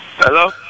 Hello